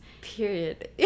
Period